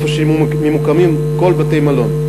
איפה שממוקמים כל בתי-המלון,